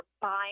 buying